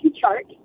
chart